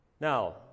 Now